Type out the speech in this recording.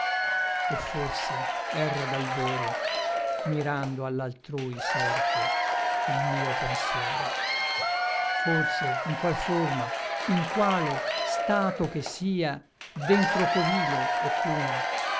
o forse erra dal vero mirando all'altrui sorte il mio pensiero forse in qual forma in quale stato che sia dentro covile o cuna